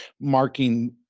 marking